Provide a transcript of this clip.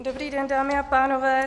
Dobrý den, dámy a pánové.